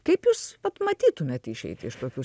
kaip jūs matytumėt išeitį iš tokių